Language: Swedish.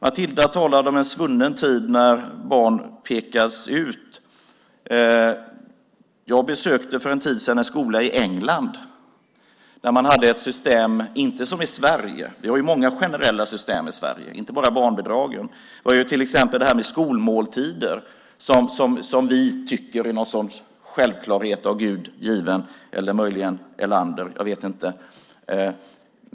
Matilda talade om en svunnen tid när barn pekades ut. Jag besökte för en tid sedan en skola i England. Där hade man inte samma system som vi i Sverige. Vi har många generella system i Sverige. Det är inte bara barnbidraget, utan vi har till exempel fria skolmåltider som vi tycker är en självklarhet av Gud given, eller möjligen av Erlander. Jag vet inte.